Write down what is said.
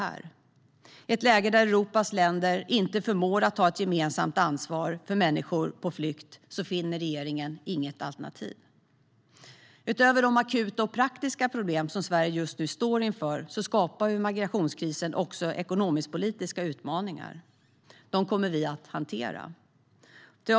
I ett läge där Europas länder inte förmår att ta ett gemensamt ansvar för människor på flykt finner regeringen inget alternativ. Utöver de akuta och praktiska problem som Sverige just nu står inför skapar migrationskrisen också ekonomisk-politiska utmaningar. Dem kommer vi att hantera.